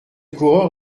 coureur